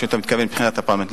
שאתה מתכוון מבחינת הפרלמנט.